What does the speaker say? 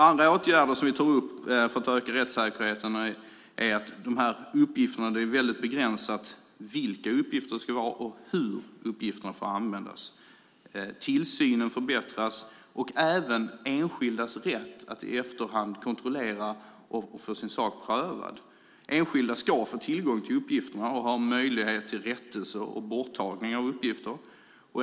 Andra åtgärder för att öka rättssäkerheten är att det är väldigt begränsat vilka uppgifter det ska vara och hur uppgifterna får användas. Tillsynen förbättras och även enskildas rätt att i efterhand kontrollera och få sin sak prövad. Enskilda ska få tillgång till uppgifterna och ha möjlighet till rättelse och borttagning av uppgifter.